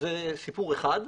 זה סיפור אחד.